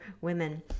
women